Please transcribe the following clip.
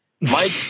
Mike